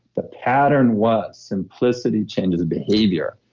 the pattern was simplicity changes behavior,